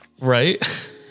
right